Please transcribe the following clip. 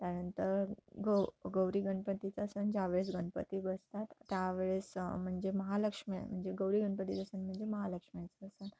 त्यानंतर गौ गौरी गणपतीचा सण ज्यावेळेस गणपती बसतात त्यावेळेस म्हणजे महालक्ष्मी म्हणजे गौरी गणपतीचं सण म्हणजे महालक्ष्मीचं सण